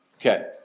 Okay